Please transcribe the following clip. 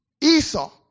Esau